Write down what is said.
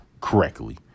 correctly